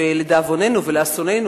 כי לדאבוננו ולאסוננו,